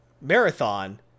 marathon